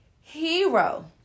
hero